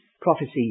prophecy